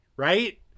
Right